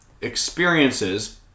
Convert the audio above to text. experiences